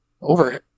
over